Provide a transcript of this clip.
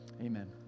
amen